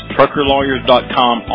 TruckerLawyers.com